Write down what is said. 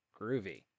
Groovy